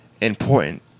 important